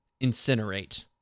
Incinerate